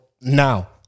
now